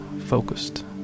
focused